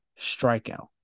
strikeout